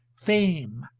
fame,